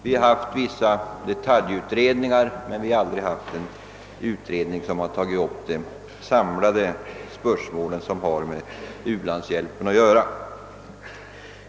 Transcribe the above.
Vi har haft vissa detaljutredningar men aldrig en utredning som tagit upp de samlade problemen rörande u-landshjälpen.